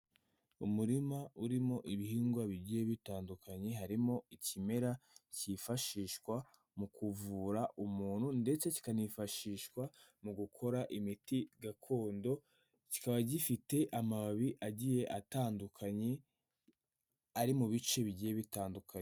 Umurima urimo ibihingwa bigiye bitandukanye, harimo ikimera cyifashishwa mu kuvura umuntu ndetse kikanifashishwa mu gukora imiti gakondo, kikaba gifite amababi agiye atandukanye ari mu bice bigiye bitandukanye.